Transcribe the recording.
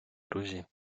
друзі